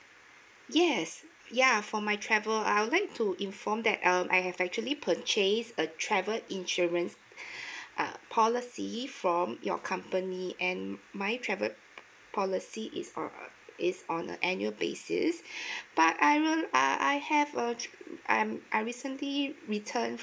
yes ya for my travel I would like to inform that um I have actually purchased a travel insurance uh policy from your company and my travel policy is uh it's on a annual basis but I real~ uh I have err um I I recently returned